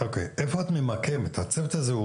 איפה את ממקמת את הצוות הזה?